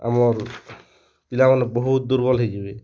ଆମର୍ ପିଲାମାନେ ବହୁତ ଦୁର୍ବଲ୍ ହେଇଯିବେ